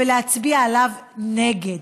ולהצביע עליו נגד.